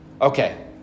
okay